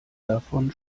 davon